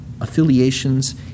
affiliations